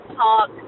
talk